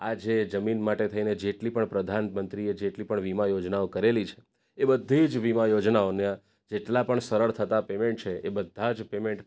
આ જે જમીન માટે થઈને જેટલી પણ પ્રધાનમંત્રીએ જેટલી પણ વીમા યોજનાઓ કરેલી છે એ બધી જ વીમા યોજનાઓને જેટલા પણ સરળ થતાં પેમેન્ટ છે એ બધાં જ પેમેન્ટ